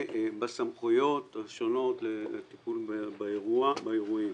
בסמכויות השונות לטיפול באירועים.